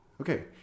Okay